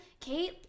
Kate